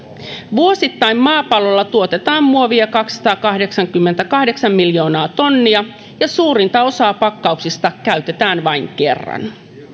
vuosittain maapallolla tuotetaan muovia kaksisataakahdeksankymmentäkahdeksan miljoonaa tonnia ja suurinta osaa pakkauksista käytetään vain kerran